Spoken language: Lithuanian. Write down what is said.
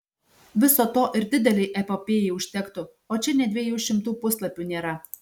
viso to ir didelei epopėjai užtektų o čia nė dviejų šimtų puslapių nėra